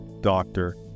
doctor